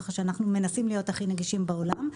כך שאנחנו מנסים להיות הכי נגישים בעולם.